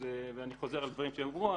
אני חוזר על דברים שאמרו,